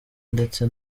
ndetse